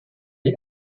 est